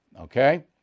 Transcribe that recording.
Okay